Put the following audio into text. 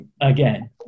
again